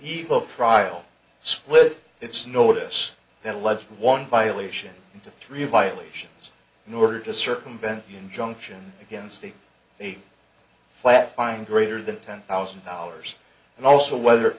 of trial split its notice that allege one violation into three violations in order to circumvent the injunction against the eight flatline greater than ten thousand dollars and also whether